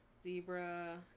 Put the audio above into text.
Zebra